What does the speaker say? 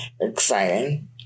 exciting